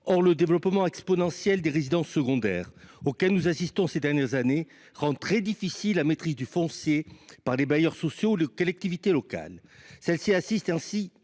Or le développement exponentiel des résidences secondaires auquel nous assistons ces dernières années rend très difficile la maîtrise du foncier par les bailleurs sociaux ou les collectivités locales. Celles ci assistent ainsi,